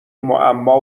معما